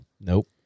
Nope